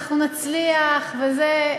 אנחנו נצליח וזה,